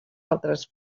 altres